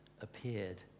appeared